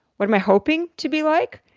what am i hoping to be like?